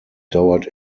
dauert